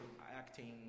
acting